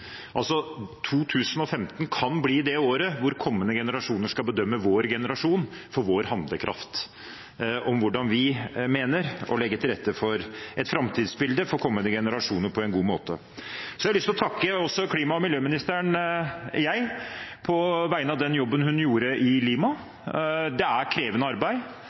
2015 kan bli det året hvor kommende generasjoner skal bedømme vår generasjon for vår handlekraft om hvordan vi mener å legge til rette for et framtidsbilde for kommende generasjoner på en god måte. Jeg har også lyst til å takke klima- og miljøministeren for den jobben hun gjorde i Lima. Det er krevende arbeid,